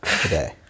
today